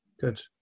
Good